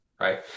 right